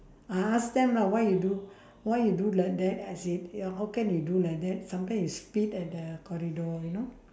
I ask them lah why you do why you do like that I say how can you do like that sometimes you spit at their corridor you know